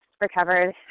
Recovered